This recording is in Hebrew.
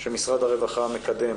שמשרד הרווחה מקדם